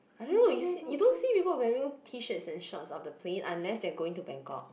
I don't know you see you don't see people wearing T-shirts and shorts on the plane unless they are going to Bangkok